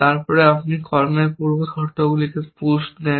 তারপরে আপনি কর্মের পূর্ব শর্তগুলিকে পুসড দেন